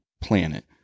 planet